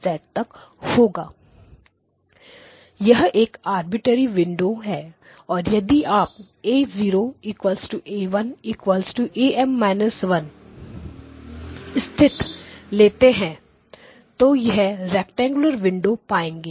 E00 EM 1M 1 यह एक arbitrary window है और यदि आप α 0α1αM −1 स्थित लेते हैं तो आप रैक्टेंगुलर विंडो पाएंगे